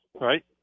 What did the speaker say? right